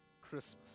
Christmas